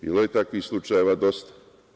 Bilo je takvih slučajeva do sada.